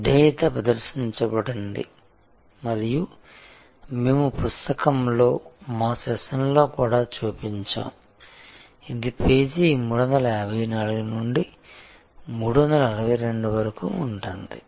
విధేయత ప్రదర్శించబడింది మరియు మేము పుస్తకంలో మా సెషన్లో కూడా చూపించాము ఇది పేజీ 354 నుండి 362 వరకు ఉంటుంది